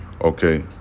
Okay